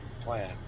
plan